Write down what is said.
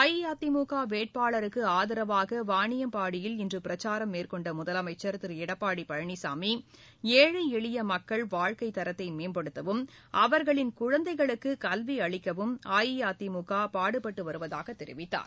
அஇஅதிமுக வேட்பாளருக்கு ஆதரவாக வாணியம்பாடியில் இன்று பிரச்சாரம் மேற்கொண்ட முதலமைச்சர் திரு எடப்பாடி பழனிசாமி ஏழை எளிய மக்கள் வாழ்க்கைத் தரத்தை மேம்படுத்தவும் அவர்களின் குழந்தைகளுக்கு கல்வி அளிக்கவும் அஇஅதிமுக பாடுபட்டு வருவதாகத் தெரிவித்தார்